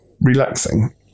relaxing